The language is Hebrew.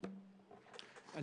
(מוזמן,